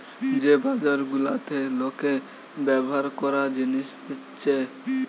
যে বাজার গুলাতে লোকে ব্যভার কোরা জিনিস বেচছে